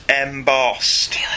embossed